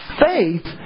faith